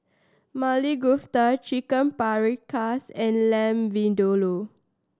Maili Kofta Chicken Paprikas and Lamb Vindaloo